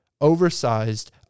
oversized